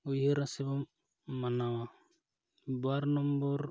ᱩᱭᱦᱟᱹᱨᱟ ᱥᱮᱵᱚᱱ ᱢᱟᱱᱟᱣᱟ ᱵᱟᱨ ᱱᱚᱢᱵᱚᱨ